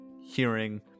hearing